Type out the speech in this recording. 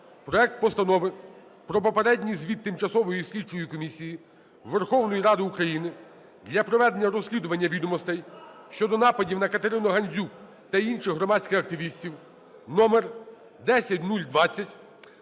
проект Постанови про попередній звіт Тимчасової слідчої комісії Верховної Ради України для проведення розслідування відомостей щодо нападів на КатеринуГандзюк та інших громадських активістів (№ 10020)